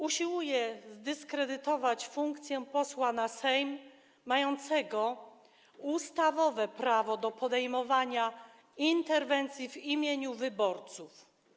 Usiłuje zdyskredytować funkcję posła na Sejm mającego ustawowe prawo do podejmowania interwencji w imieniu wyborców.